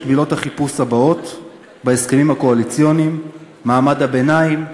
את מילות החיפוש הבאות בהסכמים הקואליציוניים: מעמד הביניים,